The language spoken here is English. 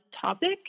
topic